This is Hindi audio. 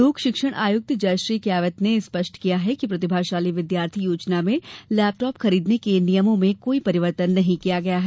लोकशिक्षण आयुक्त जयश्री कियावत ने स्पष्ट किया है कि प्रतिभाशाली विद्यार्थी योजना में लैपटॉप खरीदने के लिये नियमों में कोई परिवर्तन नहीं किया गया है